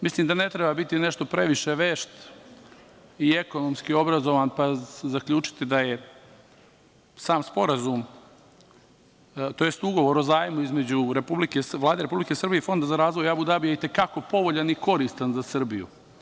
Mislim da ne treba biti nešto previše vešt i ekonomski obrazovan, pa zaključiti da je sam sporazum, tj. ugovor o zajmu između Vlade Republike Srbije i Fonda za razvoj Abu Dabija itekako povoljan i koristan za Srbiju.